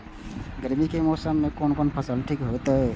गर्मी के मौसम में कोन कोन फसल ठीक होते?